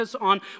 On